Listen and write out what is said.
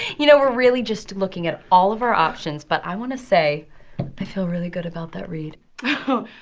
you know, we're really just looking at all of our options. but i want to say i feel really good about that read oh,